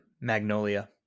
magnolia